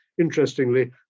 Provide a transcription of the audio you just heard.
interestingly